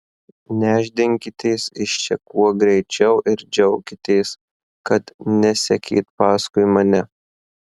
nešdinkitės iš čia kuo greičiau ir džiaukitės kad nesekėt paskui mane